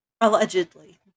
Allegedly